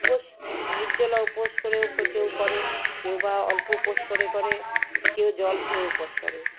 উপোস নির্জলা উপোস করেও কেউ করেন কেউ বা অল্প উপোস করে করে কেউ জল খেয়ে উপোস করে